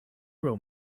role